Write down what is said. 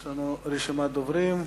יש לנו רשימת דוברים מסודרת.